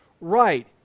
Right